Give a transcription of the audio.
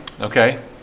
okay